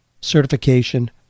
certification